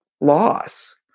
loss